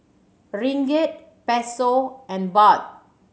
Ringgit Peso and Baht